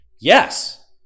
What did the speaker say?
Yes